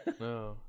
No